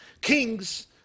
Kings